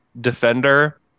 defender